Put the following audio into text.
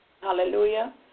Hallelujah